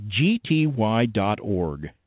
gty.org